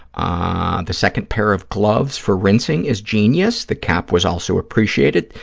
ah the second pair of gloves for rinsing is genius, the cap was also appreciated.